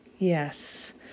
Yes